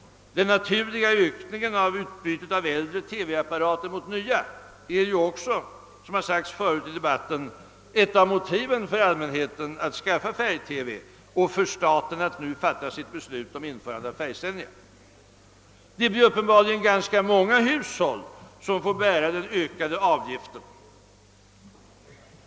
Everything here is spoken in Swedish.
Den naturliga ökningen av utbytet av äldre TV-apparater mot nya är också, såsom förut sagts i debatten, ett av motiven för allmänheten att skaffa färg-TV och för staten att nu fatta sitt beslut om införande av färgsändningar. Det blir uppenbarligen ganska många hushåll som får bära den ökade avgiften.